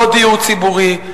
לא דיור ציבורי.